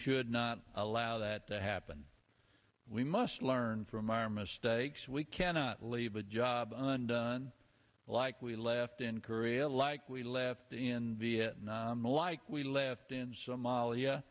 should not allow that to happen we must learn from our mistakes we cannot leave a job like we left in korea like we left in vietnam like we left in somalia